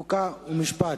חוק ומשפט.